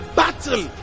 battle